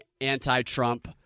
anti-Trump